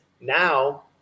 now